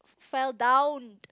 fell down